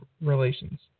relations